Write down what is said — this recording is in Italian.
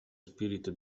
spirito